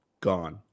gone